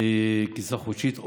קצבה חודשית,